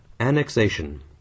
Annexation